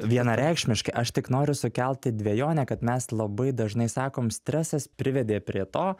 vienareikšmiškai aš tik noriu sukelti dvejonę kad mes labai dažnai sakom stresas privedė prie to